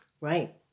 right